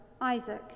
Isaac